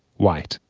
white,